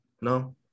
no